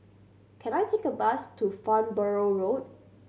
can I take a bus to Farnborough Road